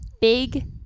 Big